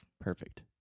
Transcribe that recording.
Perfect